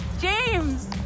James